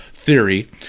theory